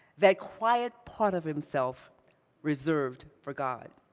that quiet part of himself reserved for god.